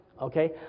okay